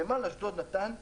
בשנת 2009 נמל אשדוד נתן 85%,